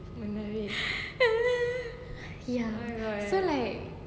ya so like